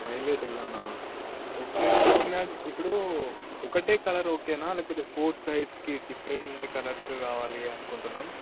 violet ఎల్లోనా okay floor matching ఇప్పుడు ఒకటే కలర్ ఓకేనా లేకపోతే ఫోర్ సైడ్స్కి డిఫరెంట్ కలర్స్ కావాలి అనుకుంటున్నాం